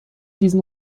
diesen